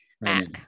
Mac